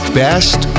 best